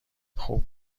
خوب